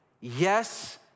Yes